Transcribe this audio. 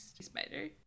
Spider